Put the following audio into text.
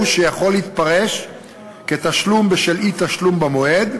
שיכול להתפרש כתשלום בשל אי-תשלום במועד,